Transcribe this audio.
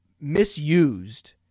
misused